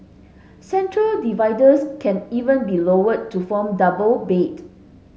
central dividers can even be lowered to form double bed